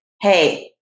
hey